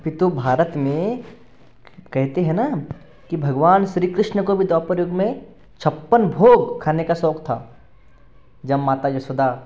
अपितु भारत में कहते हैं ना कि भगवान श्री कृष्ण को भी द्वापरयुग में छप्पन भोग खाने का शौक था जब माता यशोदा